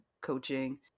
coaching